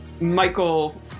Michael